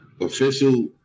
official